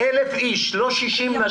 הוא מנהל 1,000 אנשים ולא 60 נשים.